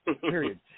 Period